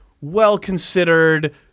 well-considered